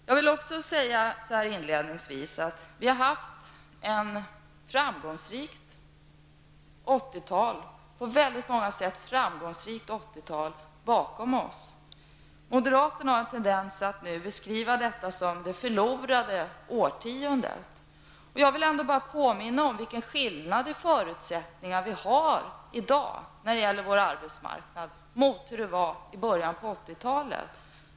Jag vill också säga så här inledningsvis att vi har ett på många sätt väldigt framgångsrikt 80-tal bakom oss. Moderaterna har en tendens att nu beskriva detta som det förlorade årtiondet. Jag vill bara påminna om vilken skillnad i förutsättningar vi har i dag när det gäller vår arbetsmarknad mot hur det var i början av 80-talet.